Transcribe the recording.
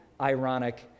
ironic